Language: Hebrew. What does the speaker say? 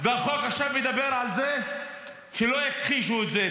--- החוק עכשיו מדבר על זה שלא יכחישו את זה.